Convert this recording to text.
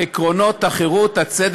מכיר אפשרות לקלוט אזרחים בלי לתת להם תעודת